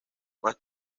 más